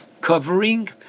covering